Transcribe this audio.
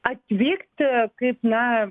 atvykti kaip na